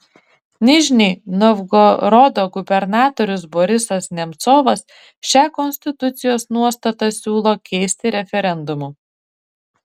nižnij novgorodo gubernatorius borisas nemcovas šią konstitucijos nuostatą siūlo keisti referendumu